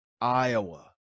Iowa